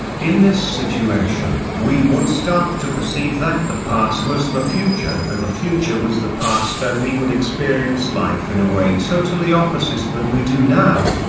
in this situation, we would start to perceive that the past was the future and the future was the past and we would experience life in a way totally opposite than we do now.